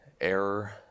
error